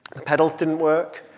the pedals didn't work.